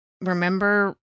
remember